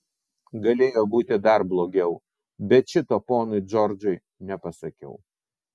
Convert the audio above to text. galėjo būti dar blogiau bet šito ponui džordžui nepasakiau